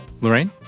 Lorraine